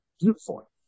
beautiful